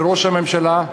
וראש הממשלה,